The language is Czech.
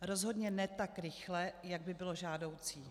Rozhodně ne tak rychle, jak by bylo žádoucí.